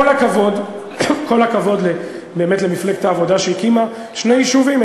כל הכבוד באמת למפלגת העבודה שהקימה שני יישובים,